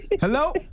Hello